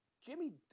Jimmy